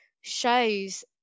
shows